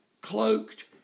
cloaked